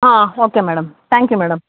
okay madam thank you madam